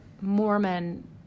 Mormon